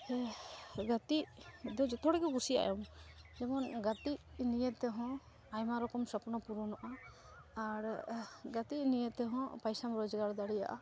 ᱜᱟᱛᱮᱜ ᱫᱚ ᱡᱚᱛᱚ ᱦᱚᱲᱠᱚ ᱠᱩᱥᱤᱭᱟᱜᱼᱟ ᱡᱮᱢᱚᱱ ᱜᱟᱛᱮᱜ ᱱᱤᱭᱮᱛᱮᱦᱚᱸ ᱟᱭᱢᱟ ᱨᱚᱠᱚᱢ ᱥᱚᱯᱱᱚ ᱯᱩᱨᱩᱱᱚᱜᱼᱟ ᱟᱨ ᱜᱟᱛᱮᱜ ᱱᱤᱭᱮᱛᱮᱦᱚᱸ ᱯᱟᱭᱥᱟᱢ ᱨᱳᱡᱽᱜᱟᱨ ᱫᱟᱲᱮᱭᱟᱜᱼᱟ